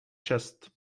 šest